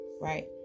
Right